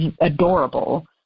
adorable